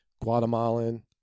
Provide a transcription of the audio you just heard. Guatemalan